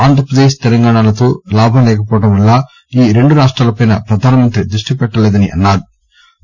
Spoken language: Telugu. ఆంధ్రప్రదేశ్ తెలంగాణలతో లాభం లేకపోవడం వల్ల ఈ రెండు రాష్ట్రాలపై ప్రధాని దృష్టి లేదని అన్నారు